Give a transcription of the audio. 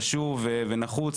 חשוב ונחוץ.